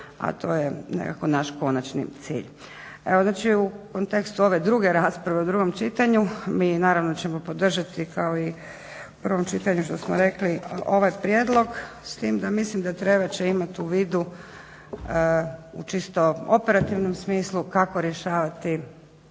A to je nekako naš konačni cilj.